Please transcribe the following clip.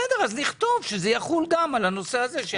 בסדר, אז נכתוב שזה יחול גם על הנושא הזה.